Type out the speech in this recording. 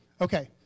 Okay